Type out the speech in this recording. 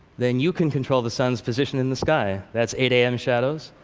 then you can control the sun's position in the sky. that's eight a m. shadows.